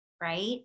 Right